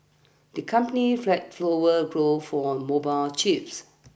the company flagged flower growth for mobile chips